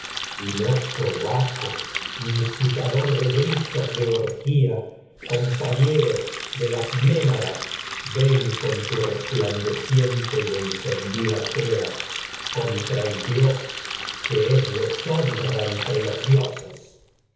vinoso baco gritos tu incitador de orgía compañero y de las ménacon das ven con resplandeciente encendida tea tra el dios que es deshonra entre los dioses